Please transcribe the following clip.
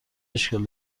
اشکالی